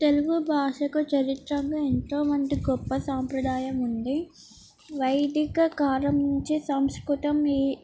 తెలుగు భాషకు చారిత్రంగా ఎంతోమంది గొప్ప సాంప్రదాయం ఉంది వైదిక కాలం నుంచి సంస్కృతం ఈ